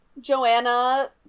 Joanna